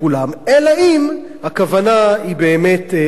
אלא אם הכוונה היא באמת אחרת,